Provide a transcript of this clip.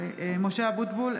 (קוראת בשמות חברי הכנסת) משה אבוטבול,